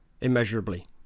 immeasurably